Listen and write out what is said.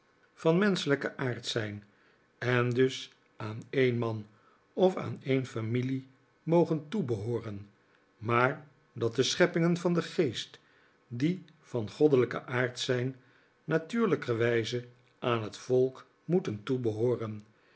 van menschelijken aard zijn en dus aan een man of aan een familie mogen toebehooren maar dat de scheppingen van den geest die van goddelijken aard zijn natuurlijkerwijze aan het volk moeten toebehooren